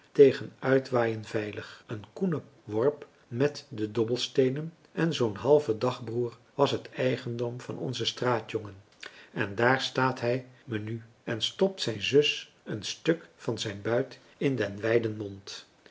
tegen uitwaaien veilig een koene worp met de dobbelsteenen en zoo'n halve dagbroer was het eigendom van onzen straatjongen en daar staat hij me nu en stopt zijn zus een stuk van zijn buit in den wijden mond